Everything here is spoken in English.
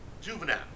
Juvenile